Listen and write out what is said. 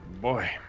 boy